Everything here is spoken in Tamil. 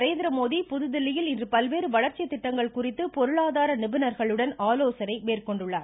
நரேந்திரமோடி புதுதில்லியில் இன்று பல்வேறு வளர்ச்சி திட்டங்கள் குறித்து பொருளாதார நிபுணர்களுடன் மேற்கொண்டுள்ளார்